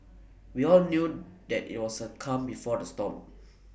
we all knew that IT was the calm before the storm